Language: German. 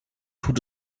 tut